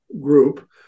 group